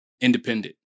independent